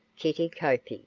kitty koepke.